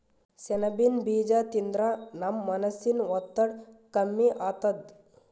ಸೆಣಬಿನ್ ಬೀಜಾ ತಿಂದ್ರ ನಮ್ ಮನಸಿನ್ ಒತ್ತಡ್ ಕಮ್ಮಿ ಆತದ್